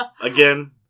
again